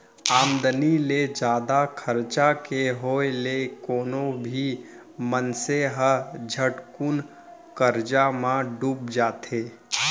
आमदनी ले जादा खरचा के होय ले कोनो भी मनसे ह झटकुन करजा म बुड़ जाथे